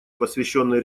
посвященной